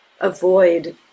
avoid